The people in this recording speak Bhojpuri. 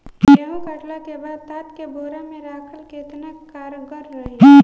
गेंहू कटला के बाद तात के बोरा मे राखल केतना कारगर रही?